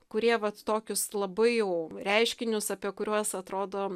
kurie vat tokius labai jau reiškinius apie kuriuos atrodo